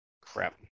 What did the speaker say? Crap